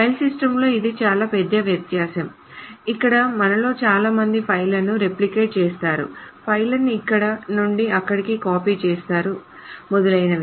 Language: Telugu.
ఫైల్ సిస్టమ్స్ లో ఇది చాలా పెద్ద వ్యత్యాసం ఇక్కడ మనలో చాలా మంది ఫైళ్ళను రేప్లికేట్ చేస్తారు ఫైళ్ళను ఇక్కడ నుండి అక్కడికి కాపీ చేస్తారు మొదలైనవి